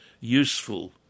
useful